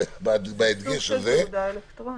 "ממשל זמין" היה אז תחת האוצר,